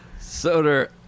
Soder